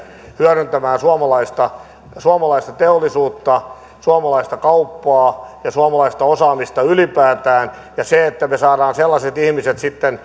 hyödyttämään suomalaista suomalaista teollisuutta suomalaista kauppaa ja suomalaista osaamista ylipäätään ja se että me saamme sellaiset ihmiset sitten